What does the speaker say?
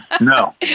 no